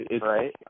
right